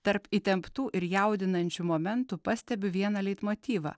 tarp įtemptų ir jaudinančių momentų pastebiu vieną leitmotyvą